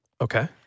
Okay